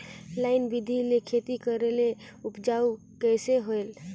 Line बिधी ले खेती करेले उपजाऊ कइसे होयल?